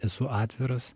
esu atviras